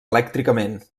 elèctricament